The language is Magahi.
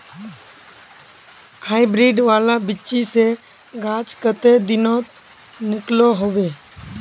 हाईब्रीड वाला बिच्ची से गाछ कते दिनोत निकलो होबे?